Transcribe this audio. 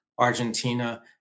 Argentina